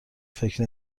فکر